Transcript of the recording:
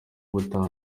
ubutaha